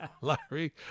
Larry